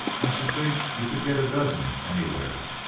i should think you could get a dozen anywhere.